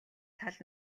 тал